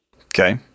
Okay